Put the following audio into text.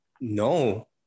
No